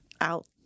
out